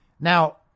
Now